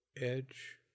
edge